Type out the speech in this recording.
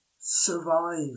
survive